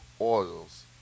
oils